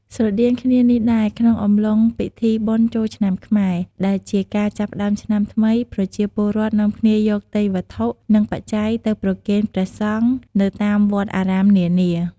ស្រដៀងគ្នានេះដែរ ក្នុងអំឡុង ពិធីបុណ្យចូលឆ្នាំខ្មែរ ដែលជាការចាប់ផ្ដើមឆ្នាំថ្មី ប្រជាពលរដ្ឋនាំគ្នានាំយកទេយ្យវត្ថុ និងបច្ច័យទៅប្រគេនព្រះសង្ឃនៅតាមវត្តអារាមនានា។